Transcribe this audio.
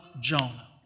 Jonah